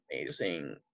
amazing